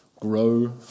grow